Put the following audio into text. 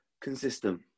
consistent